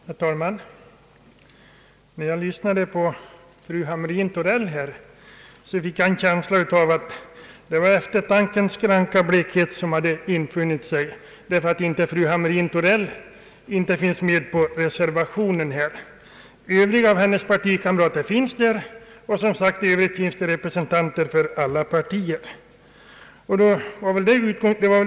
Herr talman! När jag lyssnade till fru Hamrin-Thorell fick jag en känsla av att det var eftertankens kranka blekhet som infunnit sig, detta enär hennes namn inte finns med på reservationen. Hennes övriga partikamrater finns ju med där liksom representanterna för de borgerliga partierna.